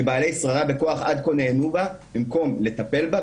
שבעלי שררה וכוח עד כה נהנו ממנה במקום לטפל בה,